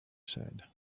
said